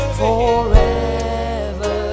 forever